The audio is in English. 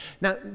Now